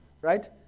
right